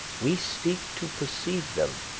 we seek to perceive them,